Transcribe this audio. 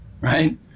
right